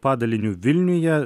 padaliniu vilniuje